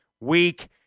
weak